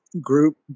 Group